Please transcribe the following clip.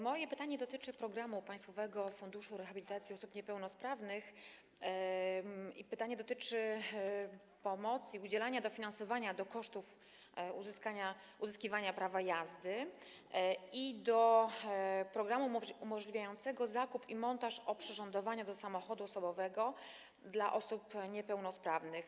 Moje pytanie dotyczy programu Państwowego Funduszu Rehabilitacji Osób Niepełnosprawnych - pytanie dotyczy pomocy i udzielania dofinansowania, jeżeli chodzi o koszty uzyskania prawa jazdy - i programu umożliwiającego zakup i montaż oprzyrządowania do samochodu osobowego dla osób niepełnosprawnych.